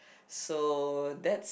so that's